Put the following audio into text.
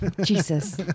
Jesus